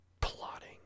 plotting